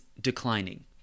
declining